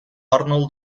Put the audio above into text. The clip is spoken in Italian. arnold